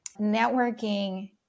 networking